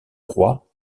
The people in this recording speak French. roi